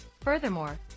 Furthermore